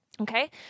okay